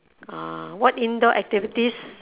ah what indoor activities